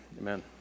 Amen